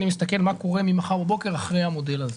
אני מסתכל על מה קורה ממחר בבוקר אחרי המודל הזה.